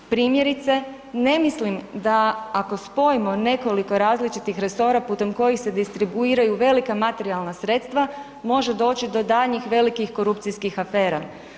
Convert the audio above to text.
Primjerice, ne mislim da ako spojimo nekoliko različitih resora putem kojih se distribuiraju velika materijalna sredstva može doći do daljnjih velikih korupcijskih afera.